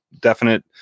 definite